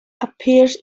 appears